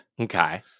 Okay